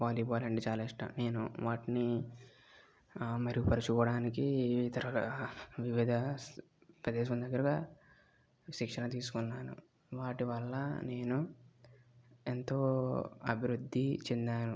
volleyball అంటే చాలా ఇష్టం నేను వాటిని మెరుగుపరుచుకోవడానికి ఇతరుల వివిధ ప్రదేశాల్లో కూడా శిక్షణ తీసుకున్నాను వాటి వల్ల నేను ఎంతో అభివృద్ధి చెందాను